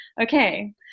okay